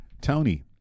Tony